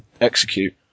execute